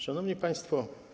Szanowni Państwo!